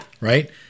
Right